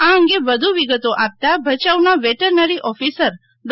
આ અંગે વધુ વિગતો આપતા ભચાઉના વેટરનરી ઓફિસર ડો